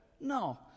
No